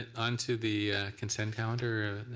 and on to the consent calendar.